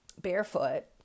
barefoot